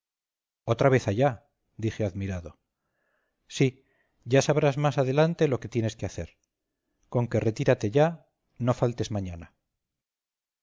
otra vez allá dije admirado sí ya sabrás más adelante todo lo que tienes que hacer con que retírate ya no faltes mañana